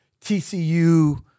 TCU